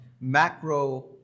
macro